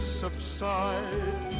subside